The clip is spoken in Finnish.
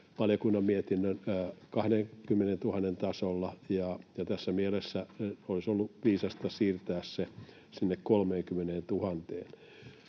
valiokunnan mietinnön 20 000:n tasolla... Tässä mielessä olisi ollut viisasta siirtää se sinne 30 000:een.